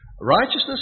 Righteousness